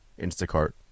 Instacart